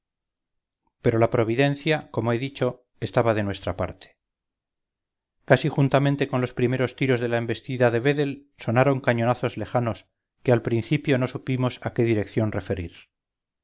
pero la providencia como he dicho estaba de nuestra parte casi juntamente con los primeros tiros de la embestida de vedel sonaron cañonazos lejanos que al principio no supimos a qué dirección referir